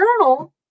journal